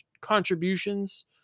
contributions